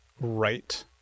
right